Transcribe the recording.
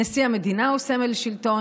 נשיא המדינה הוא סמל שלטון.